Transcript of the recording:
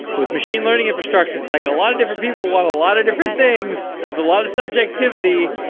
with machine learning infrastructure it's like a lot of different people want a lot of different things. there's a lot of subjectivity.